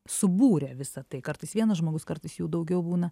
subūrė visa tai kartais vienas žmogus kartais jų daugiau būna